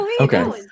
Okay